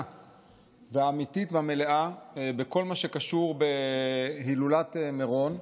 והאמיתית והמלאה בכל מה שקשור בהילולת מירון.